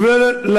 תודה.